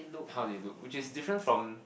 how they look which is different from